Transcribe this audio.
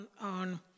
on